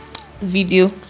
video